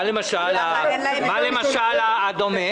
מה למשל הדומה?